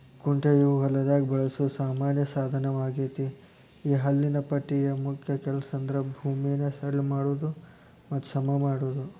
ಕುಂಟೆಯು ಹೊಲದಾಗ ಬಳಸೋ ಸಾಮಾನ್ಯ ಸಾದನವಗೇತಿ ಈ ಹಲ್ಲಿನ ಪಟ್ಟಿಯ ಮುಖ್ಯ ಕೆಲಸಂದ್ರ ಭೂಮಿನ ಸಡ್ಲ ಮಾಡೋದು ಮತ್ತ ಸಮಮಾಡೋದು